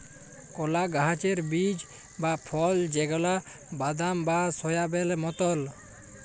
কলা গাহাচের বীজ বা ফল যেগলা বাদাম বা সয়াবেল মতল